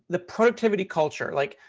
the productivity culture. like,